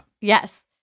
Yes